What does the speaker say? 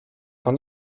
von